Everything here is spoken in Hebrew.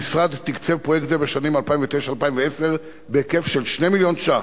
המשרד תקצב פרויקט זה בשנים 2009 2010 בהיקף של 2 מיליון ש"ח,